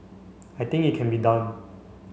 I think it can be done